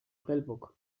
prellbock